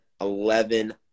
eleven